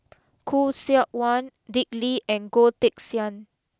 Khoo Seok Wan Dick Lee and Goh Teck Sian